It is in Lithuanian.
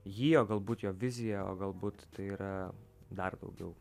jį o galbūt jo viziją o galbūt tai yra dar daugiau